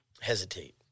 hesitate